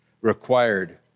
required